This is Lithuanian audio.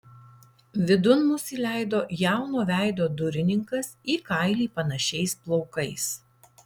vidun mus įleido jauno veido durininkas į kailį panašiais plaukais